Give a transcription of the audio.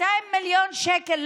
200 מיליון שקל,